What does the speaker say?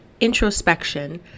introspection